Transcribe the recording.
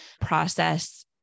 process